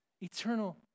eternal